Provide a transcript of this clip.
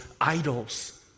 idols